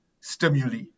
stimuli